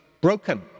broken